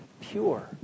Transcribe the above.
pure